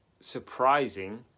surprising